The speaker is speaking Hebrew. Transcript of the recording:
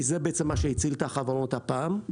כי זה בעצם מה שהציל את החברות הפעם.